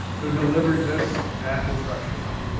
who delivered this at instructurecon.